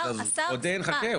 השר --- חכה,